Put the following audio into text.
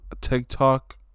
TikTok